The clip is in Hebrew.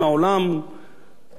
מה קרה לאידיאולוגיה של קדימה?